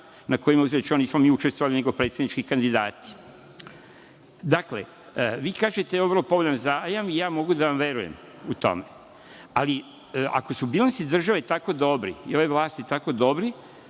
na kojima nismo mi učestvovali nego predsednički kandidati. Dakle, vi kažete da je ovo vrlo povoljan zajam. Ja mogu da vam verujem u tome. Ali, ako su bilansi države tako dobri i ove vlasti tako dobri,